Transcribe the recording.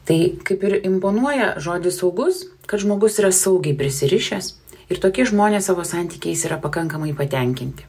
tai kaip ir imponuoja žodis saugus kad žmogus yra saugiai prisirišęs ir tokie žmonės savo santykiais yra pakankamai patenkinti